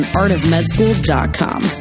artofmedschool.com